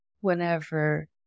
whenever